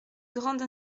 grande